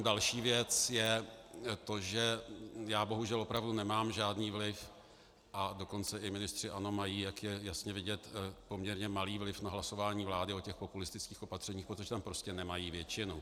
Další věc je to, že já bohužel opravdu nemám žádný vliv, a dokonce i ministři ANO mají, jak je jasně vidět, poměrně malý vliv na hlasování vlády o těch populistických opatřeních, protože tam prostě nemají většinu.